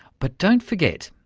but don't forget,